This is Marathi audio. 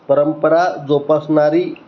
परंपरा जोपासणारी